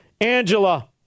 Angela